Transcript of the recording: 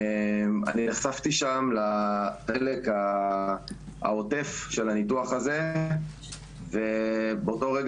נחשפתי לחלק העוטף של הניתוח ובאותו רגע